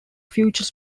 future